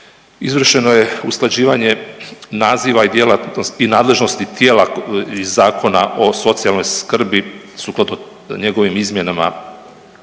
izvršeno je usklađivanje naziva i dijela i nadležnosti tijela iz Zakona o socijalnoj skrbi sukladno njegovim izmjenama